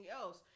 else